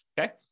okay